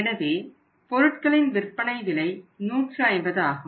எனவே பொருட்களின் விற்பனை விலை 150 ஆகும்